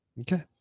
okay